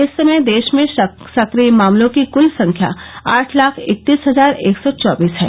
इस समय देश में सक्रिय मामलों की कुल संख्या आठ लाख इकतीस हजार एक सौ चौबीस है